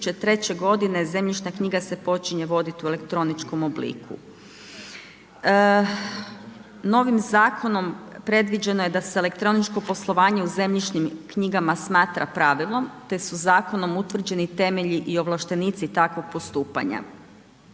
godine zemljišna knjiga se počinje voditi u elektroničkom obliku. Novim zakonom predviđeno je da s elektroničko poslovanje u zemljišnim knjigama smatra pravilom, te su zakonom utvrđeni temelji i ovlaštenici takvog postupanja.